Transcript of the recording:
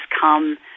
come